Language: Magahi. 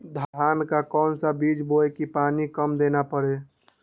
धान का कौन सा बीज बोय की पानी कम देना परे?